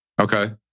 Okay